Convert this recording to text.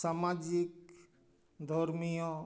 ᱥᱟᱢᱟᱡᱤᱠ ᱫᱷᱚᱨᱢᱤᱭᱚ